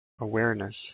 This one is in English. awareness